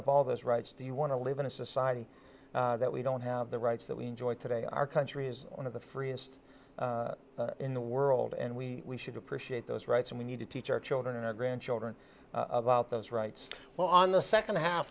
up all those rights do you want to live in a society that we don't have the rights that we enjoy today our country is one of the freest in the world and we should appreciate those rights and we need to teach our children and our grandchildren about those rights well on the second half